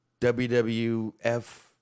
WWF